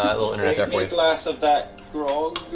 glass of that grog?